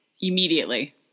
Immediately